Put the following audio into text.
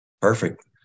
Perfect